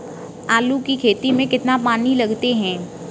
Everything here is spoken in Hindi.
आलू की खेती में कितना पानी लगाते हैं?